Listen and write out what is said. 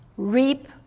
Reap